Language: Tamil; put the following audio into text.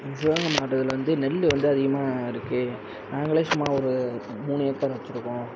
எங்கள் சிவகங்கை மாவட்டத்தில் வந்து நெல் வந்து அதிகமாக இருக்கு நாங்களே சும்மா ஒரு மூணு ஏக்கர் வச்சி இருக்கோம்